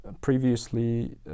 previously